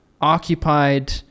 occupied